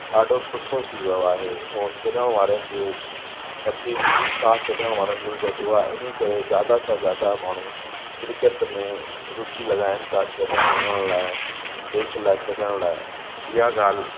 ॾाढो सुठो थी वियो आहे और खेॾण वारनि जे पति बि उत्साह खेॾण वारनि जो बि वधियो आहे इन करे ज्यादा सां ज्यादा माण्हू क्रिकेट में रूचि लगाराइण था खेॾण वञण लाइ देश लाइ खेॾण लाइ ईअं ॻाल्हि